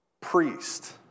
Priest